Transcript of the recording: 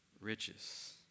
riches